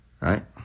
Right